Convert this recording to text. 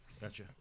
Gotcha